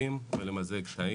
אגפים ולמזג תאים.